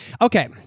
Okay